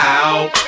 out